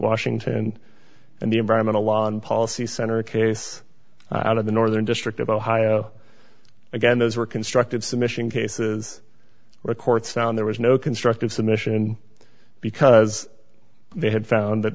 washington and the environmental law and policy center case out of the northern district of ohio again those were constructed submission cases are courts found there was no constructive submission because they had found that